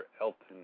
Elton